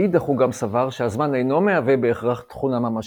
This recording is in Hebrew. מאידך הוא גם סבר שהזמן אינו מהווה בהכרח תכונה ממשית,